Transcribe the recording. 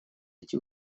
эти